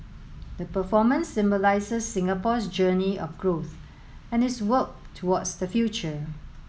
the performance symbolises Singapore's journey of growth and its work towards the future